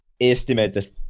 estimated